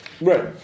right